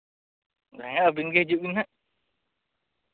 ᱦᱮᱸ ᱟᱹᱵᱤᱱ ᱜᱮ ᱦᱤᱡᱩᱜ ᱵᱤᱱ ᱦᱟᱸᱜ